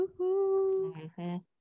Woohoo